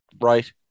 right